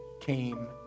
came